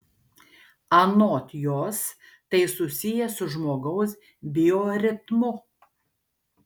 anot jos tai susiję su žmogaus bioritmu